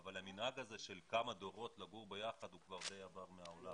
אבל המנהג הזה של כמה דורות לגור ביחד הוא כבר די עבר מהעולם.